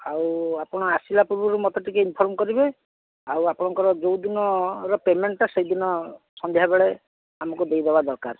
ଆଉ ଆପଣ ଆସିଲା ପୂର୍ବରୁ ମୋତେ ଟିକିଏ ଇନଫର୍ମ୍ କରିବେ ଆଉ ଆପଣଙ୍କର ଯେଉଁ ଦିନର ପେମେଣ୍ଟ୍ଟା ସେଇଦିନ ସନ୍ଧ୍ୟାବେଳେ ଆମକୁ ଦେଇଦେବା ଦରକାର